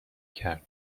کرد